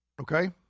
okay